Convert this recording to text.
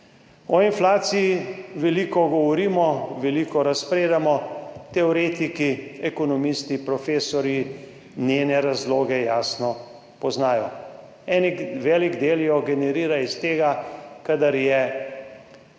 O inflaciji veliko govorimo, veliko razpredamo. Teoretiki, ekonomisti, profesorji njene razloge jasno poznajo. Velik del se generira iz tega, kadar je